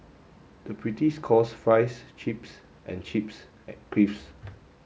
the British calls fries chips and chips crisps